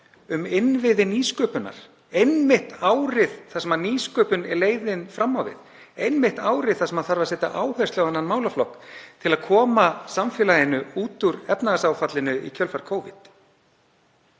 um innviði nýsköpunar einmitt árið þar sem nýsköpun er leiðin fram á við, einmitt árið þar sem þarf að setja áherslu á þennan málaflokk til að koma samfélaginu út úr efnahagsáfallinu í kjölfar Covid.